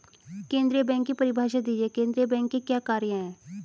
केंद्रीय बैंक की परिभाषा दीजिए केंद्रीय बैंक के क्या कार्य हैं?